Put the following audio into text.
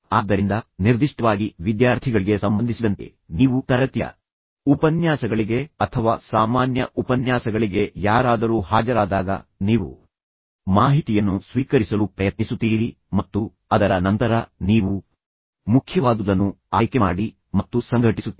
ಆದ್ದರಿಂದ ನಿರ್ದಿಷ್ಟವಾಗಿ ವಿದ್ಯಾರ್ಥಿಗಳಿಗೆ ಸಂಬಂಧಿಸಿದಂತೆ ನೀವು ತರಗತಿಯ ಉಪನ್ಯಾಸಗಳಿಗೆ ಅಥವಾ ಸಾಮಾನ್ಯ ಉಪನ್ಯಾಸಗಳಿಗೆ ಯಾರಾದರೂ ಹಾಜರಾದಾಗ ನೀವು ಮಾಹಿತಿಯನ್ನು ಸ್ವೀಕರಿಸಲು ಪ್ರಯತ್ನಿಸುತ್ತೀರಿ ಮತ್ತು ಅದರ ನಂತರ ನೀವು ಮುಖ್ಯವಾದುದನ್ನು ಆಯ್ಕೆಮಾಡಿ ಮತ್ತು ನಂತರ ನೀವು ಸಂಘಟಿಸುತ್ತೀರಿ